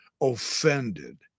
offended